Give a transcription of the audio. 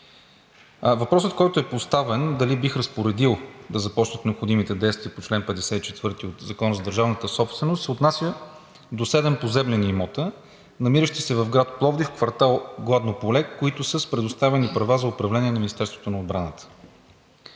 Въпросът, който е поставен – дали бих разпоредил да започнат необходимите действия по чл. 54 от Закона за държавната собственост, се отнася до седем поземлени имота, намиращи се в град Пловдив, квартал „Гладно поле“, които са с предоставени права за управление на Министерството на отбраната.